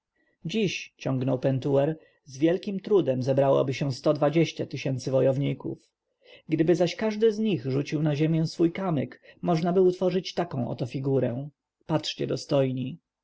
dziś ciągnął pentuer z wielkim trudem zebrałoby się sto dwadzieścia tysięcy niewolników gdyby zaś każdy z nich rzucił na ziemię swój kamyk możnaby utworzyć taką oto figurę patrzcie dostojni